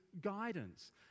guidance